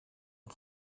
een